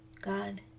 God